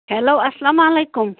hello اسلام علیکُم